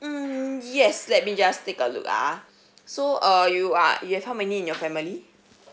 mm yes let me just take a look ah so uh you are you have how many in your family